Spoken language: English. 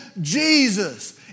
Jesus